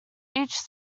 each